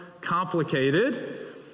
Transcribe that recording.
complicated